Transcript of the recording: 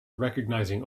recognizing